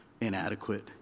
inadequate